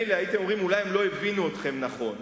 מילא הייתם אומרים שאולי הם לא הבינו אתכם נכון,